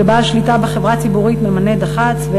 כשבעל שליטה בחברה ציבורית ממנה דח"צ,